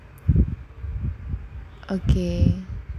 okay